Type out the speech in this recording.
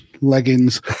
leggings